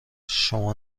شما